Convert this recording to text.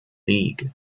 league